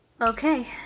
Okay